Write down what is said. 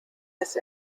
ist